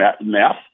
math